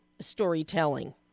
storytelling